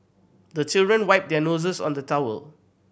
the children wipe their noses on the towel